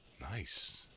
Nice